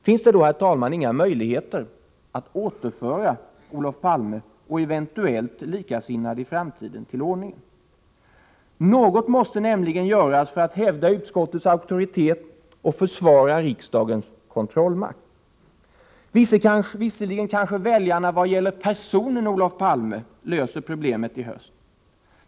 Finns det då, herr talman, inga möjligheter att återföra Olof Palme och eventuellt likasinnade till ordningen? Något måste nämligen göras för att hävda utskottets auktoritet och försvara riksdagens kontrollmakt. Visserligen kanske väljarna vad gäller personen Olof Palme löser problemet i höst.